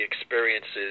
experiences